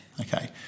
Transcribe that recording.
okay